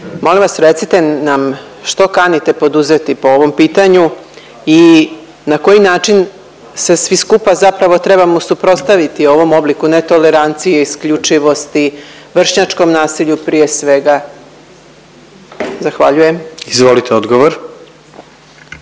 Molim vas recite nam što kanite poduzeti po ovom pitanju i na koji način se svi skupa zapravo trebamo suprotstaviti ovom obliku netolerancije i isključivosti, vršnjačkom nasilju prije svega? Zahvaljujem. **Jandroković,